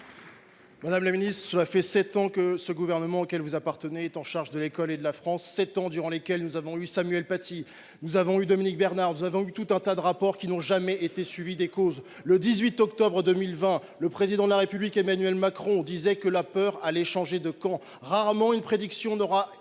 Madame la ministre, cela fait sept ans que le Gouvernement auquel vous appartenez est en charge de l’école et de la France, sept ans durant lesquels nous avons eu Samuel Paty, Dominique Bernard et de nombreux rapports qui n’ont jamais été suivis d’effet. Le 18 octobre 2020, le Président de la République Emmanuel Macron déclarait que la peur allait « changer de camp ». Rarement une prédiction aura été aussi peu